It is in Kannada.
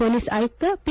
ಪೋಲಿಸ್ ಆಯುಕ್ತ ಪಿ